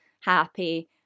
happy